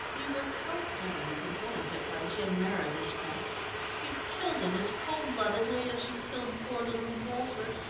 you were quite willing to benefit by jim meredith's death you killed him as cold-bloodedly as you killed poor little bulford,